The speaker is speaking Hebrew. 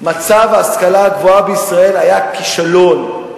מצב ההשכלה הגבוהה בישראל היה כישלון.